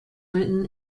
written